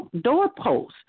doorposts